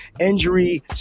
injury